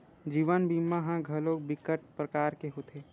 जीवन बीमा ह घलोक बिकट परकार के होथे